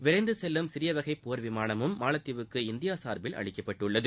விரைந்து செல்லும் சிறியவகை போர்விமானமும் மாலத்தீவுக்கு இந்தியா சார்பில் அளிக்கப்பட்டுள்ளது